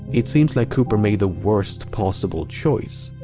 it seems like cooper made the worst possible choice.